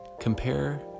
compare